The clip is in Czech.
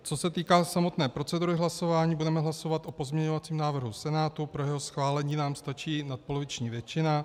Co se týká samotné procedury hlasování, budeme hlasovat o pozměňovacím návrhu Senátu, pro jeho schválení nám stačí nadpoloviční většina.